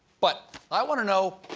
but i want to know,